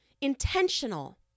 intentional